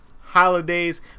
holidays